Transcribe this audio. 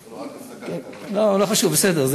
לא חשוב, בסדר.